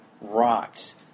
rocks